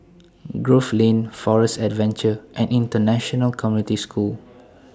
Grove Lane Forest Adventure and International Community School